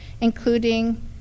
including